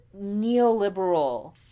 neoliberal